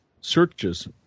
searches